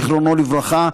זיכרונו לברכה.